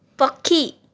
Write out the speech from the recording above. ପକ୍ଷୀ